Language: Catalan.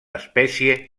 espècie